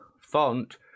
font